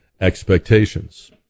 expectations